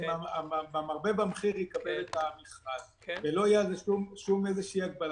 והמרבה במחיר יזכה במכרז ולא תהיה שום הגבלה.